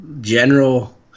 General